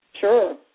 Sure